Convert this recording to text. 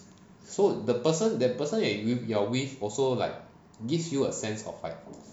so the person that person that you you are with also like gives you a sense of like